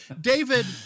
David